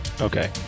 Okay